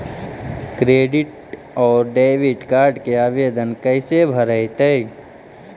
Credit और debit card के आवेदन कैसे भरैतैय?